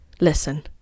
listen